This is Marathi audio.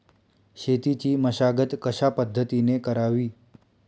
शेतीची मशागत कशापद्धतीने करावी?